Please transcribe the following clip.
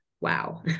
wow